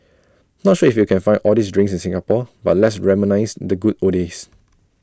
not sure if you can find all these drinks in Singapore but let's reminisce the good old days